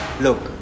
look